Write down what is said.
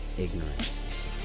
Ignorance